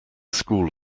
school